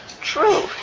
true